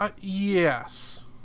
yes